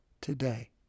today